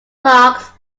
larks